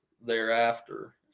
thereafter